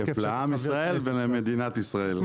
איזה כיף לעם ישראל ולמדינת ישראל.